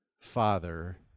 father